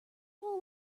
pull